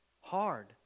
hard